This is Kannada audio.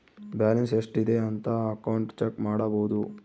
ಬ್ಯಾಲನ್ಸ್ ಎಷ್ಟ್ ಇದೆ ಅಂತ ಅಕೌಂಟ್ ಚೆಕ್ ಮಾಡಬೋದು